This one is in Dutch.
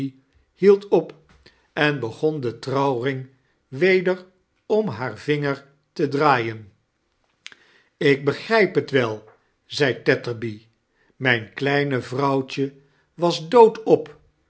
hield op en begon den trouwring weder om baar vinger te draaien ik begrijp bet well zei tetterby mijm kleine vrouwtje was doodop